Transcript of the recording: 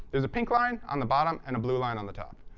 there's a pink line on the bottom and a blue line on the top.